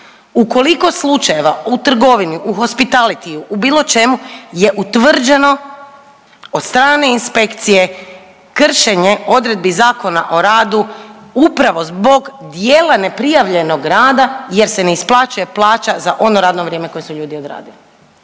ukoliko slučajeva u trgovini, u hospitatlity-u, u bilo čemu je utvrđeno od strane inspekcije kršenje odredbi Zakona o radu upravo zbog dijela neprijavljenog rada jer se ne isplaćuje plaća za ono radno vrijeme koje su ljudi odradili.